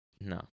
No